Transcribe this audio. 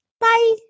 Bye